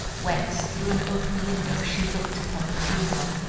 whence through an open window she looked upon the funeral.